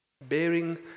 Bearing